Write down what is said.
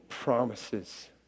promises